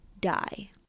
die